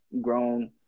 grown